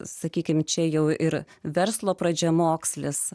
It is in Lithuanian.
sakykime čia jau ir verslo pradžiamokslis